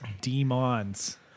demons